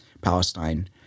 Palestine